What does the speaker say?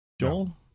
Joel